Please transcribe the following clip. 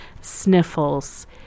sniffles